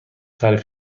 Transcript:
تعریف